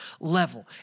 level